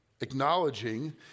acknowledging